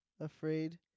afraid